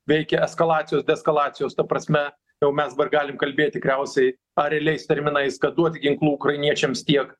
veikia eskalacijos deeskalacijos ta prasme jau mes dabar galim kalbėt tikriausiai ar realiais terminais kad duoti ginklų ukrainiečiams tiek